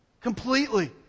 completely